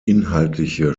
inhaltliche